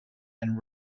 and